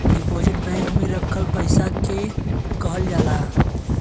deposit bank में रखल पइसा के कहल जाला